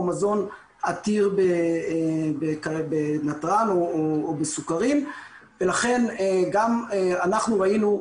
או מזון עתיר בנתרן או בסוכרים ולכן גם אנחנו ראינו,